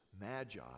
magi